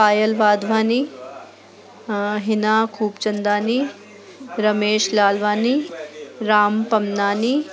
Payal Wadhwani Hina Khubchandani Ramesh Lalwani Ram Pamnani